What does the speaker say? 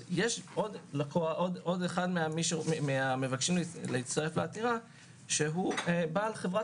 יש עוד אחד מהמבקשים להצטרף לעתירה שהוא בעל חברת